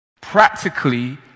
practically